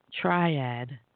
triad